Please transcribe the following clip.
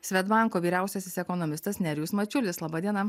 svedbanko vyriausiasis ekonomistas nerijus mačiulis laba diena